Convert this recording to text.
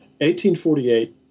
1848